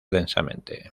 densamente